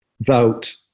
vote